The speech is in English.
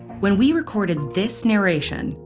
when we recorded this narration,